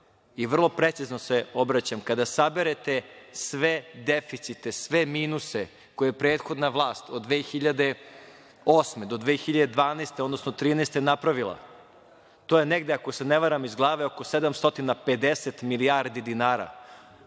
i vrlo precizno se obraćam, kada saberete sve deficite, sve minuse koje prethodna vlast od 2008. godine do 2012. odnosno 2013. godine napravila, to je negde, ako se ne vara, iz glave, oko 750 milijardi dinara.